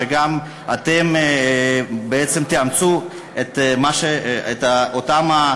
שגם אתם תאמצו את אותם,